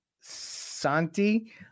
Santi